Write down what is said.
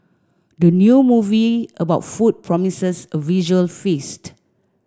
the new movie about food promises a visual feast